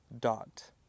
dot